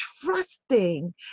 trusting